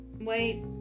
Wait